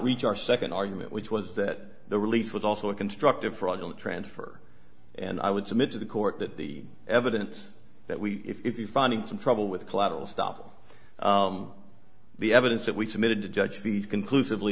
reach our second argument which was that the release was also a constructive fraudulent transfer and i would submit to the court that the evidence that we if the finding some trouble with collateral stuff the evidence that we submitted to judge these conclusively